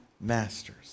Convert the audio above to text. masters